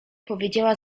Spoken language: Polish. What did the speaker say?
powiedziała